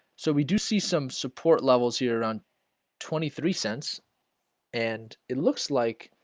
so we do see some support levels here on twenty three cents and it looks like